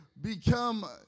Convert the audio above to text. become